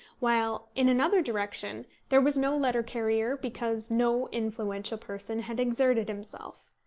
while in another direction there was no letter-carrier because no influential person had exerted himself.